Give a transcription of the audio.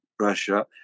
Russia